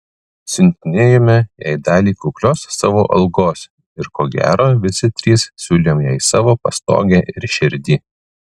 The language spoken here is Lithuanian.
siuntinėjome jai dalį kuklios savo algos ir ko gero visi trys siūlėm jai savo pastogę ir širdį